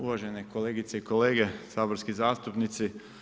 Uvažene kolegice i kolege, saborski zastupnici.